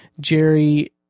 Jerry